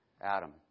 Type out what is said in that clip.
Adam